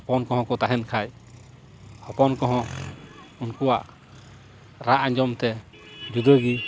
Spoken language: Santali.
ᱦᱚᱯᱚᱱ ᱠᱚᱦᱚᱸ ᱠᱚ ᱛᱟᱦᱮᱱ ᱠᱷᱟᱱ ᱦᱚᱯᱚᱱ ᱠᱚᱦᱚᱸ ᱩᱱᱠᱩᱣᱟᱜ ᱨᱟᱜ ᱟᱸᱡᱚᱢ ᱛᱮ ᱡᱩᱫᱟᱹᱜᱮ